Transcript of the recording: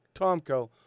Tomko